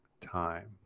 time